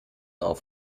auf